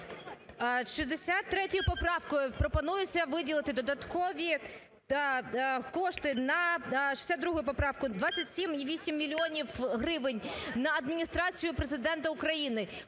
63 поправкою пропонується виділити додаткові кошти на… 62 поправкою 27,8 мільйонів гривень на Адміністрацію Президента України.